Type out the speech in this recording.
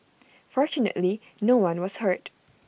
fortunately no one was hurt